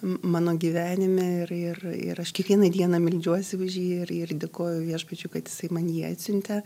mano gyvenime ir ir ir aš kiekvieną dieną meldžiuosi už jį ir ir dėkoju viešpačiui kad jisai man jį atsiuntė